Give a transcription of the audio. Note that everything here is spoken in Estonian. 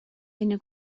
enne